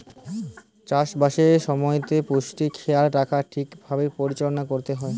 চাষ বাসের সময়তে পুষ্টির খেয়াল রাখা ঠিক ভাবে পরিচালনা করতে হয়